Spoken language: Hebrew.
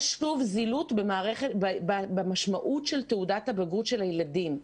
זילות במשמעות של תעודת הבגרות של הילדים.